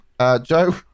Joe